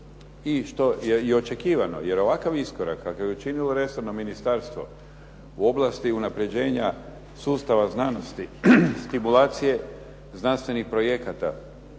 i očekivano jer ovakav iskorak kakav je učinilo resorno ministarstvo u oblasti unaprjeđenja sustava znanosti, stimulacije znanstvenih projekata